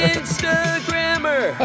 Instagrammer